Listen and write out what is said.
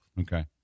Okay